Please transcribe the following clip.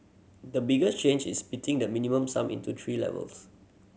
the biggest change is splitting the Minimum Sum into three levels